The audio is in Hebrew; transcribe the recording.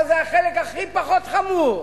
אבל זה החלק הכי פחות חמור.